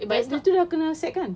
but dia tu dah kena sack kan